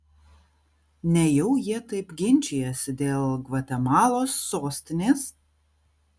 nejau jie taip ginčijasi dėl gvatemalos sostinės